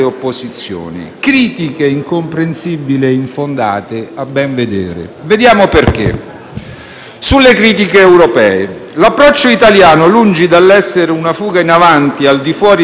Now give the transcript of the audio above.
alle critiche in ambito europeo, l'approccio italiano, lungi dall'essere una fuga in avanti al di fuori dell'approccio comune europeo, getta le basi per una migliore cooperazione Europa-Cina,